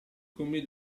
come